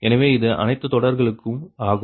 எனவே இது அனைத்து தொடர்களுக்கும் ஆகும்